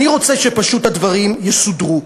אני רוצה שהדברים פשוט יסודרו.